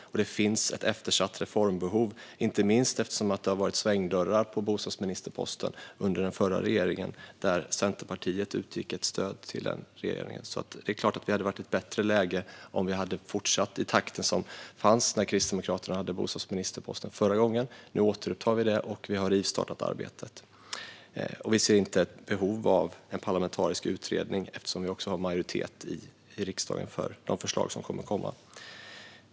Det finns ett eftersatt reformbehov, inte minst eftersom det var svängdörrar till bostadsministerposten under den förra regeringen, som Centerpartiet gav stöd till. Det är klart att vi hade varit i ett bättre läge om man hade fortsatt i den takt som rådde när Kristdemokraterna hade bostadsministerposten förra gången. Nu återupptar vi arbetet, och vi har rivstartat det. Vi ser inte behov av en parlamentarisk utredning eftersom vi har majoritet i riksdagen för de förslag som kommer att komma.